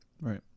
Right